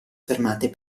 fermate